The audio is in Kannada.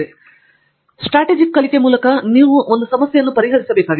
ತದನಂತರ ಸ್ಟ್ರಾಟೆಜಿಕ್ ಕಲಿಕೆ ನೀವು ಮೂಲತಃ ಒಂದು ಸಮಸ್ಯೆಯನ್ನು ಪರಿಹರಿಸಬೇಕಾಗಿದೆ